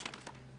גזע,